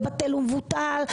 בטל ומבוטל,